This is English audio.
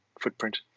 footprint